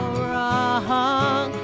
wrong